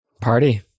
Party